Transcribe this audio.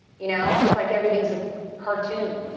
you know it's like everything's a cartoon,